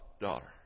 daughter